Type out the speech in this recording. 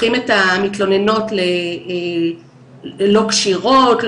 הופכים את המתלוננות ללא כשירות,